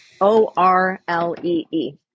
O-R-L-E-E